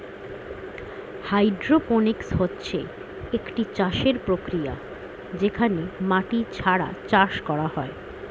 hydroponics হচ্ছে একটি চাষের প্রক্রিয়া যেখানে মাটি ছাড়া চাষ করা হয়